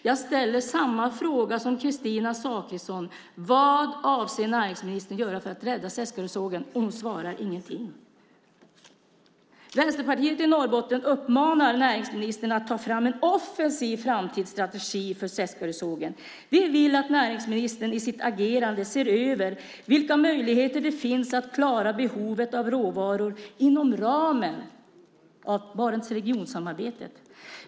Jag ställer samma fråga som Kristina Zakrisson: Vad avser näringsministern att göra för att rädda Seskarösågen? Hon har inte svarat någonting. Vänsterpartiet i Norrbotten uppmanar näringsministern att ta fram en offensiv framtidsstrategi för Seskarösågen. Vi vill att näringsministern i sitt agerande ser över vilka möjligheter det finns att klara behovet av råvaror inom ramen för Barentsregionssamarbetet.